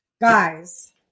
guys